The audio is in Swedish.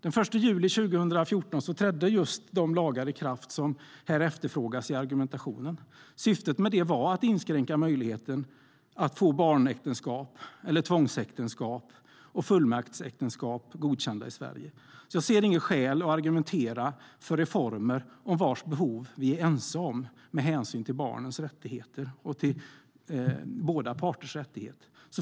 Den 1 juli 2014 trädde just de lagar i kraft som här efterfrågas i argumentationen. Syftet var att inskränka möjligheten att få barnäktenskap, tvångsäktenskap och fullmaktsäktenskap godkända i Sverige. Jag ser inget skäl att argumentera för reformer vars behov vi är ense om med hänsyn till barnens rättigheter och till båda parters rättigheter.